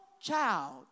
child